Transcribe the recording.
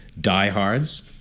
diehards